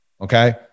Okay